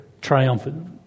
triumphant